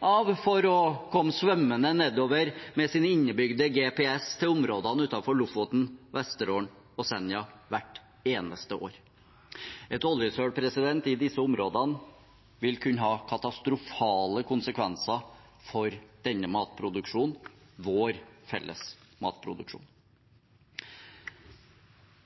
av for å komme svømmende nedover med sin innebygde GPS til områdene utenfor Lofoten, Vesterålen og Senja hvert eneste år. Et oljesøl i disse områdene vil kunne ha katastrofale konsekvenser for denne matproduksjonen – vår felles matproduksjon.